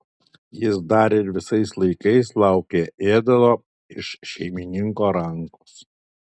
jis dar ir visais laikais laukė ėdalo iš šeimininko rankos